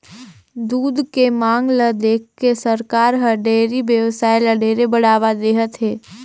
दूद के मांग ल देखके सरकार हर डेयरी बेवसाय ल ढेरे बढ़ावा देहत हे